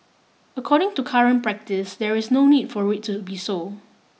according to current practice there is no need for it to be so